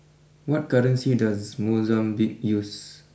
what currency does Mozambique use